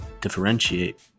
Differentiate